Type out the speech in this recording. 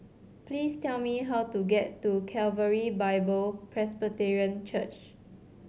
please tell me how to get to Calvary Bible Presbyterian Church